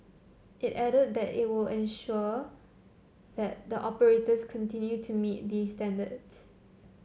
it added that it will ensure that the operators continue to meet these standards